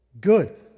Good